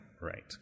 right